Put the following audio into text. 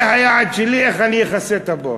זה היעד שלי, איך אני אכסה את הבור.